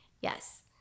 Yes